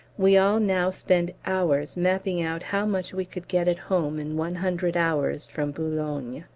we all now spend hours mapping out how much we could get at home in one hundred hours from boulogne.